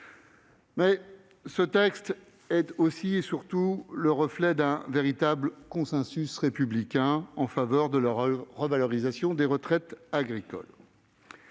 Ce texte est aussi et surtout le reflet d'un véritable consensus républicain en faveur de la revalorisation des retraites agricoles.